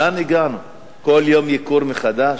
כל יום ייקור מחדש?